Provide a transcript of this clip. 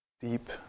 deep